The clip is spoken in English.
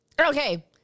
Okay